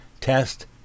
test